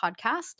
Podcast